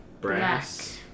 brass